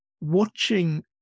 watching